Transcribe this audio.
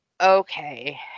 okay